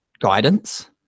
guidance